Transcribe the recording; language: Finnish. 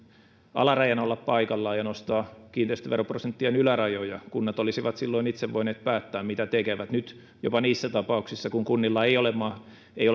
alarajan olla paikallaan ja nostaa kiinteistöveroprosenttien ylärajoja kunnat olisivat silloin itse voineet päättää mitä tekevät nyt jopa niissä tapauksissa kun kunnilla ei